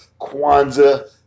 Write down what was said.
Kwanzaa